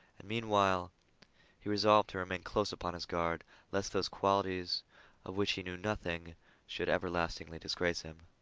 and meanwhile he resolved to remain close upon his guard lest those qualities of which he knew nothing should everlastingly disgrace him.